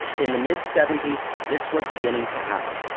in the mid-seventies, this was beginning to happen.